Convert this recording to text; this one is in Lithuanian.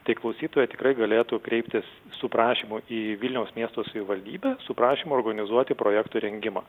tai klausytoja tikrai galėtų kreiptis su prašymu į vilniaus miesto savivaldybę su prašymu organizuoti projekto rengimą